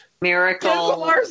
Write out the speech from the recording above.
Miracle